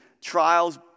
trials